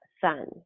son